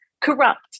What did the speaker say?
corrupt